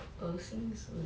恶心死 liao